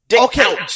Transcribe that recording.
Okay